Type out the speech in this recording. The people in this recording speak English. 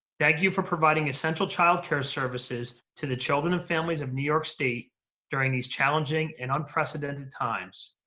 thank you for providing essential child care services to the children and families of new york state during these challenging and unprecedented times.